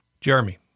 Jeremy